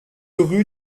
rue